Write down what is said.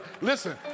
listen